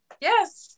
Yes